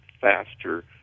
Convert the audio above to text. faster